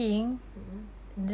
mmhmm